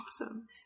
Awesome